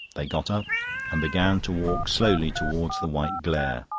they got up and began to walk slowly towards the white glare.